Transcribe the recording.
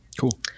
Cool